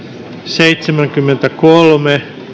seitsemänkymmentäkolme